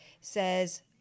says